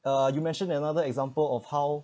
uh you mentioned another example of how